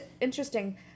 interesting